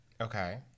okay